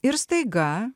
ir staiga